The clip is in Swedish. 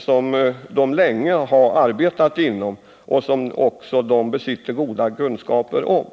som de länge arbetat inom och har goda kunskaper om.